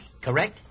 correct